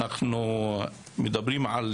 אנחנו מדברים על